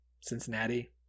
Cincinnati